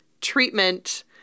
treatment